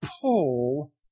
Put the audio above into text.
pull